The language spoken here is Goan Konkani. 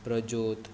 प्रज्योत